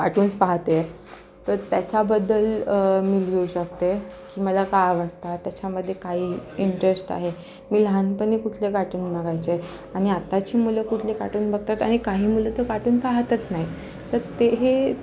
cartoons पाहते तर त्याच्याबद्दल मी लिहू शकते की मला काय आवडता त्याच्यामधे काही इंटरेस्ट आहे मी लहानपणी कुठले कार्टून बघायचे आणि आताची मुलं कुठले काटून बघतात आणि काही मुलं तर काटून पाहतच नाही तर ते हे